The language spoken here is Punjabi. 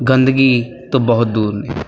ਗੰਦਗੀ ਤੋਂ ਬਹੁਤ ਦੂਰ ਨੇ